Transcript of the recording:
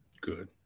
Good